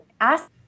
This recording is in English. ask